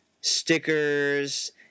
stickers